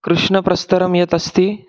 कृष्णप्रस्तरं यत् अस्ति